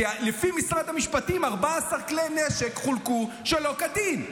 כי לפי משרד המשפטים, 14 כלי נשק חולקו שלא כדין.